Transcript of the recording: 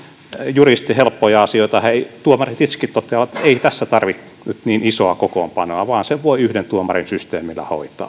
juridisesti helppoja asioita joista tuomarit itsekin toteavat että ei tässä tarvitse nyt niin isoa kokoonpanoa vaan sen voi yhden tuomarin